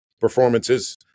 performances